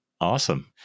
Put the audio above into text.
Awesome